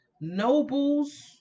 nobles